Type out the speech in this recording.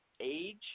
age